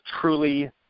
truly